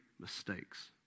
mistakes